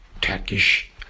Turkish